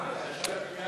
והצוללות מונגשות?